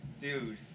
Dude